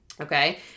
Okay